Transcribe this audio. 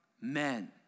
Men